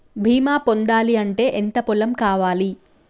బీమా పొందాలి అంటే ఎంత పొలం కావాలి?